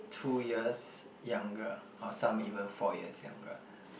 two years younger or some even four years younger